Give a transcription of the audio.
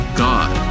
god